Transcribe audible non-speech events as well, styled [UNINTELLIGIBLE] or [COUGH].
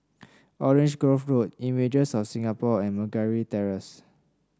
Orange Grove Road Images of Singapore and [UNINTELLIGIBLE] Terrace